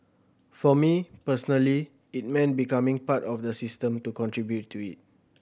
for me personally it meant becoming part of the system to contribute to it